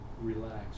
relax